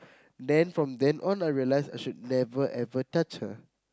then from then on I realise I should never ever touch her